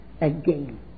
again